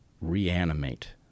reanimate